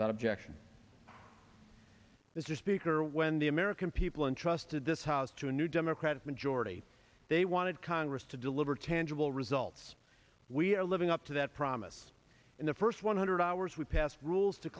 that objection is the speaker when the american people and trust to this house to a new democratic majority they wanted congress to deliver tangible results we are living up to that promise in the first one hundred hours we passed rules to